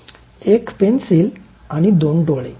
एक १ पेन्सिल आणि दोन २ डोळे